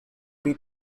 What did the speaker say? bit